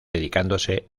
dedicándose